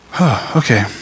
Okay